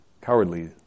cowardly